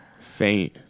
Faint